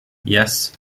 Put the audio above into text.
yes